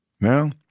Now